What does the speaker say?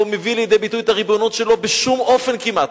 לא מביא לידי ביטוי את הריבונות שלו בשום אופן כמעט.